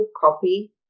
copy